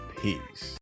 Peace